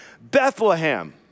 Bethlehem